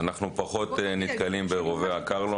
אנחנו פחות נתקלים ברובי הקרלו,